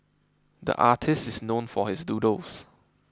the artist is known for his doodles